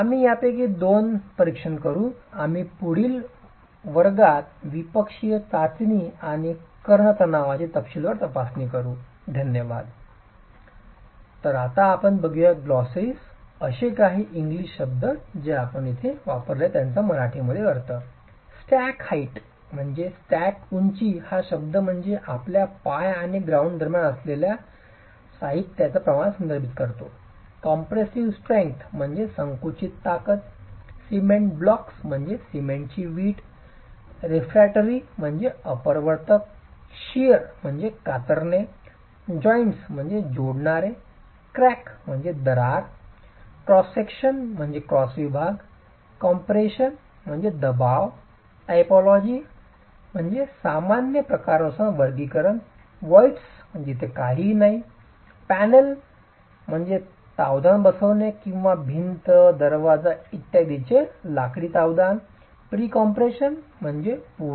आम्ही यापैकी दोन परीक्षण करू आम्ही पुढील वर्गात त्रिपक्षीय चाचणी आणि कर्ण तणावाची तपशीलवार तपासणी करू